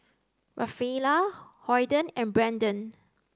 Rafaela Holden and Brendan